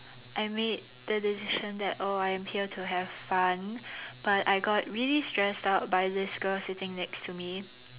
I made the decision that oh I am here to have fun but I got really stressed out by this girl sitting next to me